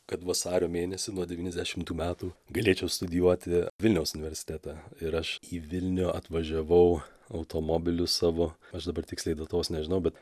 kad vasario mėnesį nuo devyniasdešimtų metų galėčiau studijuoti vilniaus universitete ir aš į vilnių atvažiavau automobiliu savo aš dabar tiksliai datos nežinau bet